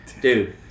dude